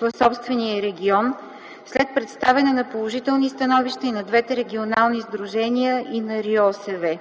в собствения й регион, след представяне на положителни становища на двете регионални сдружения и на РИОСВ.